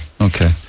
Okay